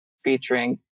featuring